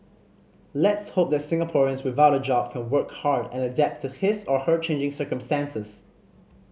let's hope that Singaporeans without a job can work hard and adapt to his or her changing circumstances